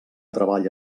treball